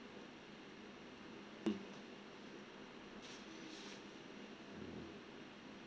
mm